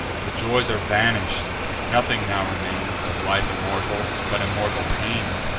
the joys are vanish'd nothing now remains, of life immortal, but immortal pains.